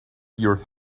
your